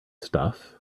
stuff